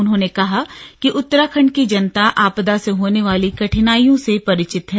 उन्होंने कहा कि उत्तराखण्ड की जनता आपदा से होने वाली कठिनाईयों से परिचित है